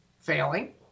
failing